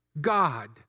God